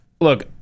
Look